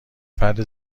فرد